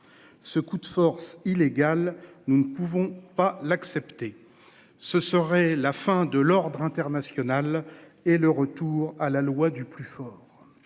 Ce coup de force illégale. Nous ne pouvons pas l'accepter. Ce serait la fin de l'ordre international et le retour à la loi du plus fort.